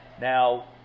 Now